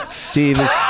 Steve